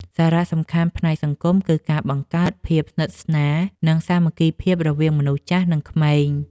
សារៈសំខាន់ផ្នែកសង្គមគឺការបង្កើតភាពស្និទ្ធស្នាល និងសាមគ្គីភាពរវាងមនុស្សចាស់ និងក្មេង។